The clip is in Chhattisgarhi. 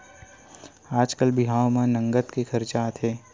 आजकाल बिहाव म नँगत के खरचा आथे